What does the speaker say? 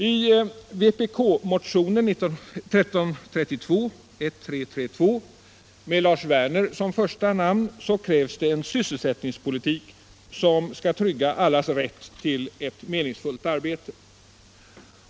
I vpk-motionen 1332 med Lars Werner som första namn krävs det en sysselsättningspolitik som skall trygga allas rätt till ett meningsfullt arbete.